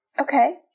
Okay